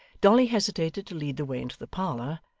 dolly hesitated to lead the way into the parlour,